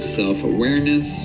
self-awareness